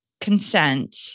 consent